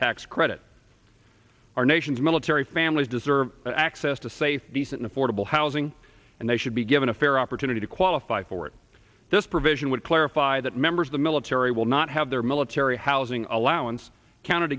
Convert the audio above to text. tax credit our nation's military families deserve access to safe decent affordable housing and they should be given a fair opportunity to qualify for it this provision would clarify that members of the military will not have their military housing allowance counted